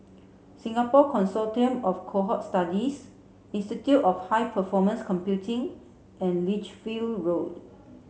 Singapore Consortium of Cohort Studies Institute of High Performance Computing and Lichfield Road